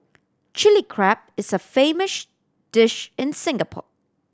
Chilli Crab is a famous dish in Singapore